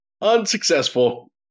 Unsuccessful